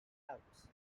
alps